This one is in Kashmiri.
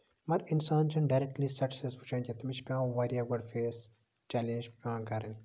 مَگر اِنسان چھُنہٕ ڈیریکٹلی سَکسیس وٕچھان کیٚنہہ تٔمِس چھُ پیوان واریاہ گۄڈٕ فیس چیلینج پیوان کَرٕنۍ